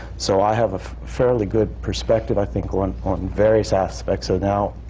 so i have a fairly good perspective, i think, going on various aspects. so now,